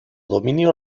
dominio